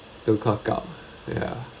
to clock out ya